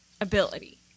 ability